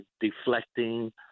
deflecting